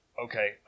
Okay